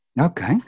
Okay